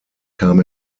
kam